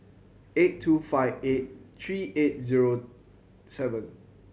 eight two five eight three eight zero seven